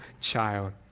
child